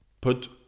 put